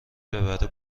ببره